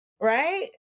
right